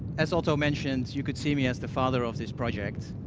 as otto mentioned, you could see me as the father of this project,